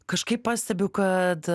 kažkaip pastebiu kad